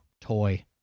toy